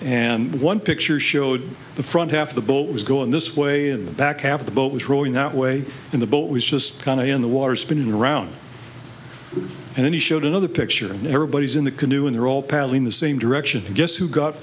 and one picture showed the front half of the boat was going this way and the back half of the boat was rolling that way and the boat was just kind of in the water spinning around and then he showed another picture everybody's in the canoe and they're all paddling the same direction and guess who got